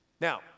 Now